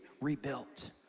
rebuilt